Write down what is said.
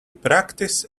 practice